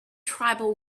tribal